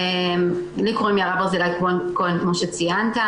לי קוראים יערה ברזילי כהן, כמו שציינת.